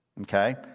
okay